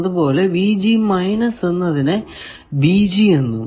അതുപോലെ എന്നതിനെ എന്നും